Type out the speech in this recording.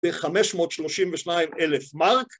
בחמש מאות שלושים ושניים אלף מרק